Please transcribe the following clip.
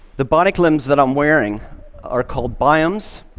the bionic limbs that i'm wearing are called bioms.